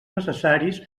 necessaris